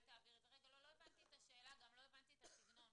לא הבנתי את השאלה וגם לא הבנתי את הסגנון,